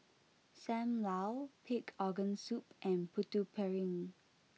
Sam Lau Pig Organ Soup and Putu Piring